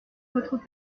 votre